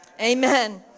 Amen